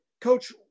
Coach